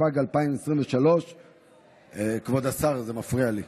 התשפ"ג 2023. כבוד השר, זה מפריע לי.